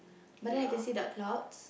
but then I can see dark clouds